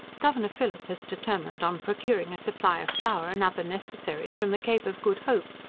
governor phillip has determined on procuring a supply of flour and other necessaries from the cape of good hope,